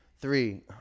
three